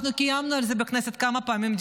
אנחנו קיימנו על זה דיונים בכנסת כמה פעמים,